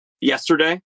yesterday